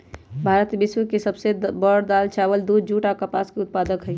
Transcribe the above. भारत विश्व के सब से बड़ दाल, चावल, दूध, जुट आ कपास के उत्पादक हई